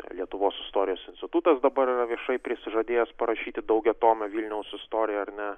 lietuvos istorijos institutas dabar yra viešai prisižadėjęs parašyti daugiatomę vilniaus istoriją ar ne